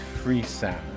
Freesound